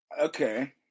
okay